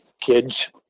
kids